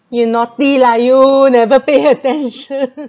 you naughty lah you never pay attention